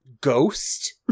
ghost